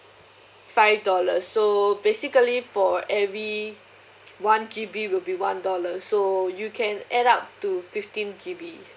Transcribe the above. five dollars so basically for every one G_B will be one dollar so you can add up to fifteen G_B